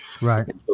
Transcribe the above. Right